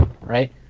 right